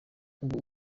ubu